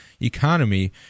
economy